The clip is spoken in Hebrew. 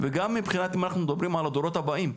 וגם מבחינת על מה אנחנו מדברים על הדורות הבאים,